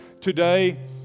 today